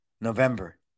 November